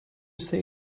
say